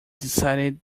decided